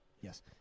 Yes